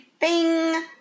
Bing